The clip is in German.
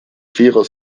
vierer